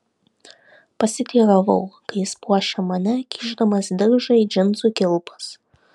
pasiteiravau kai jis puošė mane kišdamas diržą į džinsų kilpas